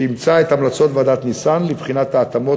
שאימצה את המלצות ועדת ניסן לבחינת ההתאמות